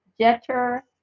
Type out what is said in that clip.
Jeter